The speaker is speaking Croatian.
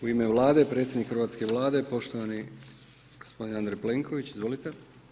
U ime Vlade, predsjednik hrvatske Vlade, poštovani g. Andrej Plenković, izvolite.